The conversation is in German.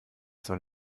soll